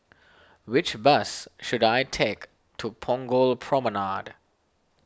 which bus should I take to Punggol Promenade